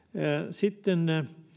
sitten